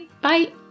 Bye